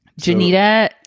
Janita